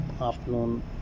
afternoon